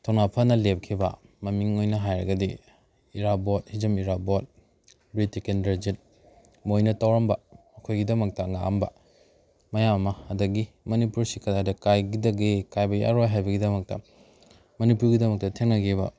ꯊꯧꯅꯥ ꯐꯅ ꯂꯦꯞꯈꯤꯕ ꯃꯃꯤꯡ ꯑꯣꯏꯅ ꯍꯥꯏꯔꯒꯗꯤ ꯏꯔꯥꯕꯣꯠ ꯍꯤꯖꯝ ꯏꯔꯥꯕꯣꯠ ꯕꯤꯔ ꯇꯤꯀꯦꯟꯗ꯭ꯔꯖꯤꯠ ꯃꯣꯏꯅ ꯇꯧꯔꯝꯕ ꯑꯩꯈꯣꯏꯒꯤꯗꯃꯛꯇ ꯉꯥꯛꯑꯝꯕ ꯃꯌꯥꯝ ꯑꯃ ꯑꯗꯒꯤ ꯃꯅꯤꯄꯨꯔꯁꯤ ꯀꯗꯥꯏꯗ ꯀꯥꯏꯒꯗꯒꯦ ꯀꯥꯏꯕ ꯌꯥꯔꯣꯏ ꯍꯥꯏꯕꯩꯒꯤꯗꯃꯛꯇ ꯃꯅꯤꯄꯨꯔꯤꯗꯃꯛꯇ ꯊꯦꯡꯅꯒꯤꯕ